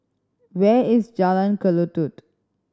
where is Jalan Kelulut